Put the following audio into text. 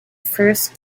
first